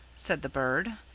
said the bird,